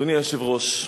אדוני היושב-ראש,